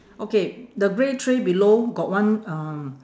okay the grey tray below got one um